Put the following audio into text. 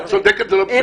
את צודקת, זה לא בסדר.